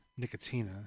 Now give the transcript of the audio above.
Nicotina